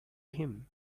him